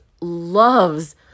loves